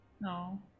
No